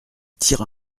tira